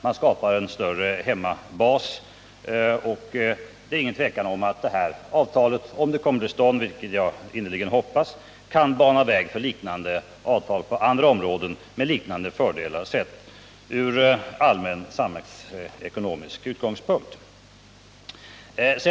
Man skapar en större hemmabas. Det är inget tvivel om att detta avtal, om det kommer till stånd, vilket jag innerligt hoppas, kan bana väg för liknande avtal på andra områden, med liknande fördelar sett från allmän samhällsekonomisk utgångspunkt.